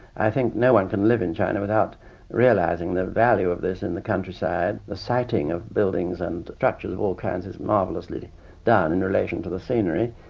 i think no one can live in china without realising the value of this in the countryside. the siting of buildings and structures of all kinds is marvellously done in relation to the scenery.